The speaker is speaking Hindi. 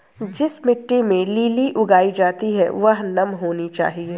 जिस मिट्टी में लिली उगाई जाती है वह नम होनी चाहिए